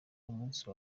umunsi